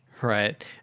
right